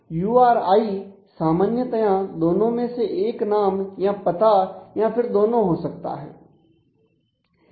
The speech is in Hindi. यू आर आई सामान्यतया दोनों में से एक नाम या पता या फिर दोनों हो सकता है